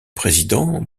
président